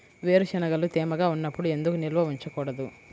వేరుశనగలు తేమగా ఉన్నప్పుడు ఎందుకు నిల్వ ఉంచకూడదు?